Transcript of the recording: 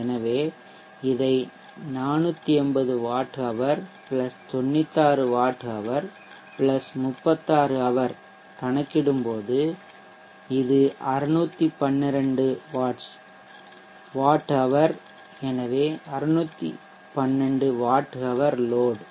எனவே இதை 480 watt hour 96 watt hour 36 hour கணக்கிடும்போது இது 612 வாட் ஹவர் எனவே 612 வாட் ஹவர் லோட்